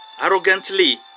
arrogantly